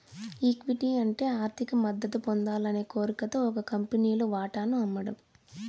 equity అంటే ఆర్థిక మద్దతు పొందాలనే కోరికతో ఒక కంపెనీలు వాటాను అమ్మడం